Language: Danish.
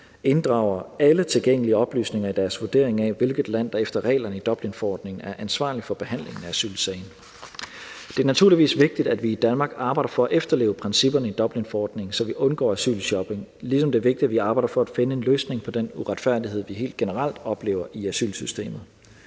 inddrager alle tilgængelige oplysninger i deres vurdering af, hvilket land der efter reglerne i Dublinforordningen er ansvarlig for behandlingen af asylsagen. Det er naturligvis vigtigt, at vi i Danmark arbejder for at efterleve principperne i Dublinforordningen, så vi undgår asylshopping, ligesom det er vigtigt, at vi arbejder for at finde en løsning på den uretfærdighed, vi helt generelt oplever i asylsystemet.